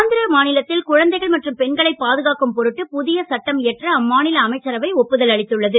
ஆந்திர மாநிலத்தில் குழந்தைகள் மற்றும் பெண்களை பாதுகாக்கும் பொருட்டு புதிய சட்டம் இயற்ற அம்மாநில அமைச்சரவை ஒப்புதல் அளித்துள்ளது